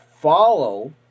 follow